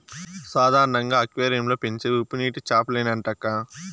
సాధారణంగా అక్వేరియం లో పెంచేవి ఉప్పునీటి చేపలేనంటక్కా